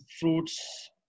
fruits